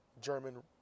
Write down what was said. German